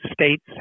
states